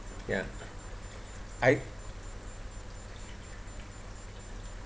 ya I